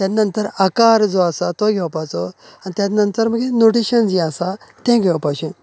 त्या नंतर आकार जो आसता तो घेवपाचो आनी त्या नंतर मागीर नोटीशन जे आसा ते घेवपाचे